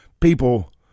people